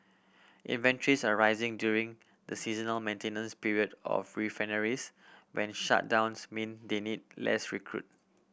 inventories are rising during the seasonal maintenance period of refineries when shutdowns mean they need less crude